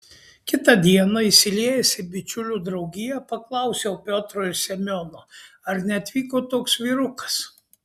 kitą dieną įsiliejęs į bičiulių draugiją paklausiau piotro ir semiono ar neatvyko toks vyrukas